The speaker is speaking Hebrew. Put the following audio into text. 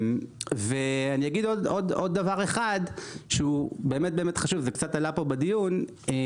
אני אגיד עוד דבר אחד שהוא מאוד חשוב נתנאל מדבר